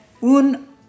un